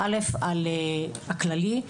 על הכללי,